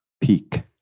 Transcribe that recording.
peak